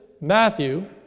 Matthew